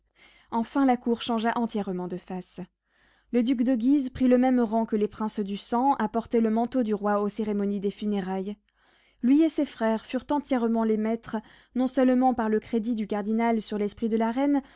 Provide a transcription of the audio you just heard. enfin la cour changea entièrement de face le duc de guise prit le même rang que les princes du sang à porter le manteau du roi aux cérémonies des funérailles lui et ses frères furent entièrement les maîtres non seulement par le crédit du cardinal sur l'esprit de la reine